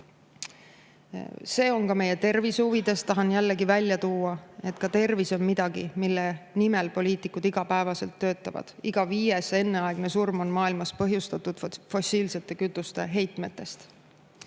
See on ka meie tervise huvides. Tahan jällegi välja tuua, et ka tervis on midagi, mille nimel poliitikud igapäevaselt töötavad. Iga viies enneaegne surm on maailmas põhjustatud fossiilsete kütuste heitmetest. Nii